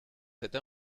cette